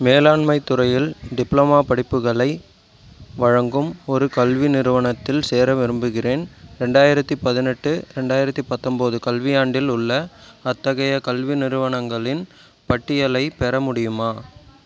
மேலாண்மைத் துறையில் டிப்ளமா படிப்புகளை வழங்கும் ஒரு கல்வி நிறுவனத்தில் சேர விரும்புகிறேன் ரெண்டாயிரத்தி பதினெட்டு ரெண்டாயிரத்தி பத்தொன்பது கல்வியாண்டில் உள்ள அத்தகைய கல்வி நிறுவனங்களின் பட்டியலைப் பெற முடியுமா